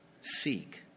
seek